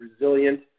resilient